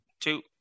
two